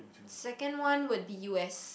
second one would be U_S